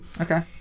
Okay